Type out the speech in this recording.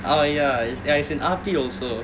uh ya it's ya it's in R_P also